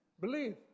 Believe